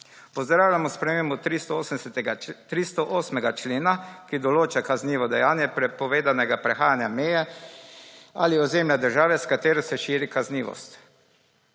Pozdravljamo spremembo 308. člena, ki določa kaznivo dejanje prepovedanega prehajanja meje ali ozemlja države, s katero se širi kaznivost.